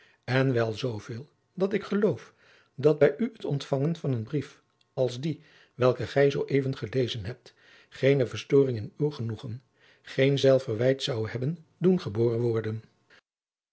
en wel zooveel dat ik geloof dat bij u het ontvangen van een brief als dien welken gij zoo even gelezen hebt geene verstoring in uw genoegen geen zelfverwijt zou hebben doen geboren worden